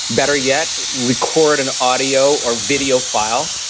better yet, record an audio or video file,